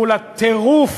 מול הטירוף,